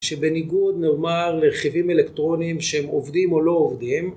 שבניגוד נאמר לרכיבים אלקטרונים שהם עובדים או לא עובדים